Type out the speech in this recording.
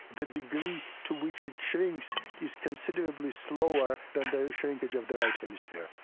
the degree to which it shrinks is considerably slower than the shrinkage of the right hemisphere.